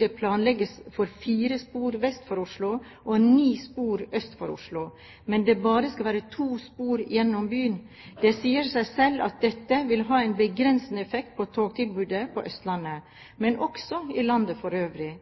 det planlegges for fire spor vest for Oslo og ni spor øst for Oslo, mens det bare skal være to spor gjennom byen. Det sier seg selv at dette vil ha en begrensende effekt på togtilbudet på Østlandet, men også i landet for øvrig.